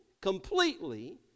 completely